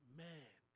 man